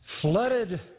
flooded